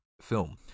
film